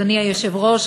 אדוני היושב-ראש,